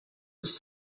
was